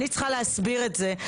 שאני צריכה להסביר את זה.